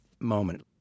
moment